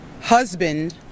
husband